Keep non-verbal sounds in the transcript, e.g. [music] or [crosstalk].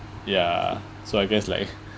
ya so I guess like [breath]